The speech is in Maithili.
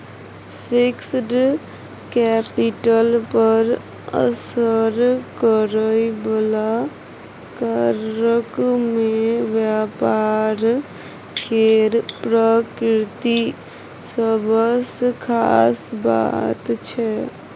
फिक्स्ड कैपिटल पर असर करइ बला कारक मे व्यापार केर प्रकृति सबसँ खास बात छै